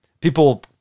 people